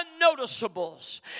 unnoticeables